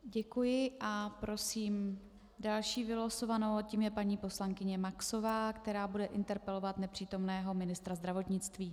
Děkuji a prosím další vylosovanou a tou je paní poslankyně Maxová, která bude interpelovat nepřítomného ministra zdravotnictví.